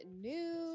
news